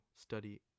study